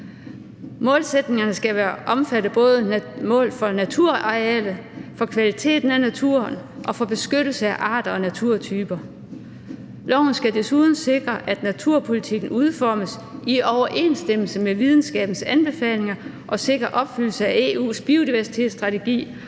Målsætningerne skal både omfatte mål for naturarealer, for kvaliteten af naturen og for beskyttelse af arter og naturtyper. Loven skal desuden sikre, at naturpolitikken udformes i overensstemmelse med videnskabens anbefalinger, og sikre opfyldelse af EU's biodiversitetsstrategi